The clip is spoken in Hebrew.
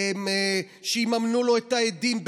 שיממנו לו את העדים,